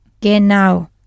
Genau